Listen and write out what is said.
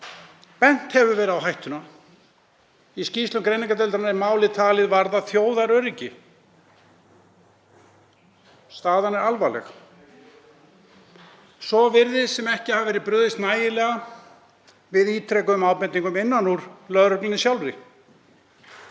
Bent hefur verið á hættuna. Í skýrslu greiningardeildarinnar er málið talið varða þjóðaröryggi. Staðan er alvarleg og svo virðist sem ekki hafi verið brugðist nægilega við ítrekuðum ábendingum innan raða lögreglunnar sjálfrar.